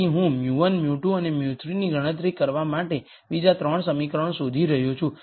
તેથી હું μ1 μ2 અને μ3 ની ગણતરી કરવા માટે બીજા 3 સમીકરણો શોધી રહ્યો છું